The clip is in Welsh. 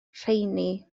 rheini